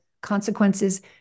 consequences